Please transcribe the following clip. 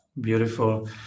beautiful